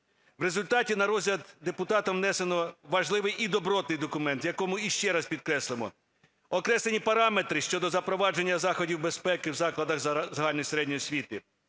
В результаті на розгляд депутатам внесено важливий і добротний документ, в якому, іще раз підкреслимо, окреслені параметри щодо запровадження заходів безпеки в закладах загальної середньої освіти,